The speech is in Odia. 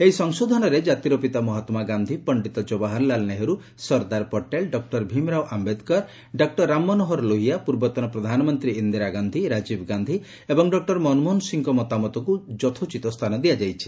ଏହି ସଂଶୋଧନରେ କ୍ଷାତିର ପିତା ମହାତ୍ମା ଗାନ୍ଧି ପଣ୍ଡିତ ଜବାହାରଲାଲ ନେହେରୁ ସର୍ଦ୍ଦାର ପଟେଲ ଡକ୍କର ଭୀମରାଓ ଆମ୍ବେଦକର ଡକ୍ଟର ରାମମନହୋର ଲୋହିଆ ପୂର୍ବତନ ପ୍ରଧାନମନ୍ତ୍ରୀ ଇନ୍ଦିରା ଗାନ୍ଧି ରାଜୀବ ଗାନ୍ଧି ଏବଂ ଡକ୍କର ମନମୋହନ ସିଂହଙ୍କ ମତାମତକୁ ଯଥୋଚିତ ସ୍ଥାନ ଦିଆଯାଇଛି